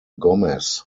gomez